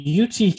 UT